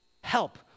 help